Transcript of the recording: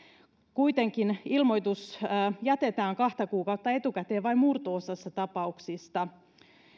kuitenkin ilmoitus jätetään kahta kuukautta etukäteen vain murto osassa tapauksista